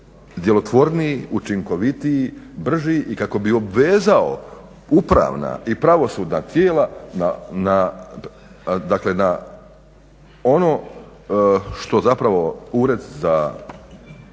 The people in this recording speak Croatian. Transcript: djelotvorniji, učinkovitiji, brži i kako bi obvezao upravna i pravosudna tijela na ono što zapravo ured za